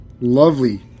lovely